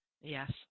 Yes